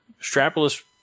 strapless